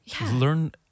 learn